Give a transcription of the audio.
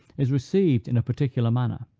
is received in a particular manner.